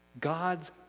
God's